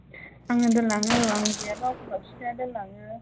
आंनो दोनलाङो औ आं गैयाबा एखमबा बिफाया दोनलाङो